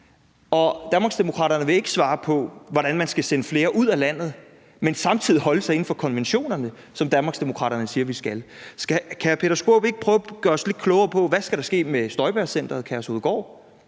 Danmarksdemokraterne vil ikke svare på, hvordan man skal sende flere ud af landet, men samtidig holde sig inden for konventionerne, som Danmarksdemokraterne siger vi skal. Kan hr. Peter Skaarup ikke prøve at gøre os lidt klogere på: Hvad skal der ske med Støjbergcenteret, Kærshovedgård,